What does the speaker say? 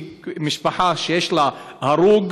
כי משפחה שיש לה הרוג,